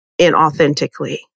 inauthentically